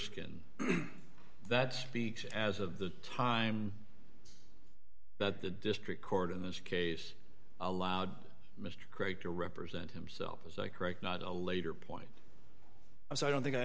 skin that speaks as of the time that the district court in this case allowed mr craig to represent himself as a correct not a later point i don't think i